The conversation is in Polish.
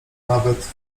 nawet